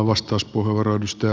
arvoisa puhemies